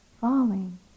falling